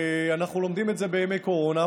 אנחנו לומדים את זה בימי קורונה,